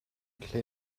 lle